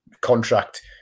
contract